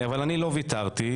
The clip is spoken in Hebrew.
אני לא ויתרתי,